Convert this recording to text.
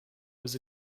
was